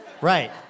Right